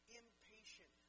impatient